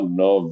no